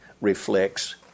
reflects